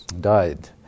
died